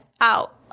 out